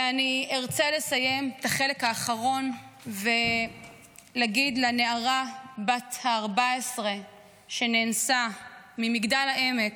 אני ארצה לסיים את החלק האחרון ולהגיד לנערה בת ה-14 ממגדל העמק,